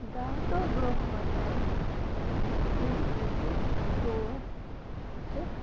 دہ دۄہ برونٛہہ وَنان نہ ژٕ ایٖزِ تور ژٕ چھَکھ